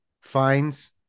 finds